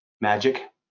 magic